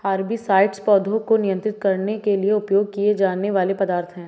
herbicides पौधों को नियंत्रित करने के लिए उपयोग किए जाने वाले पदार्थ हैं